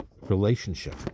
relationship